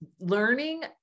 learning